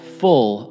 full